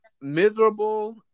miserable